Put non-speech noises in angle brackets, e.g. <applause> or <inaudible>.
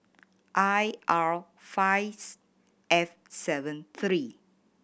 I R five <unintelligible> eight seven three